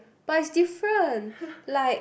but is different like